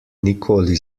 nikoli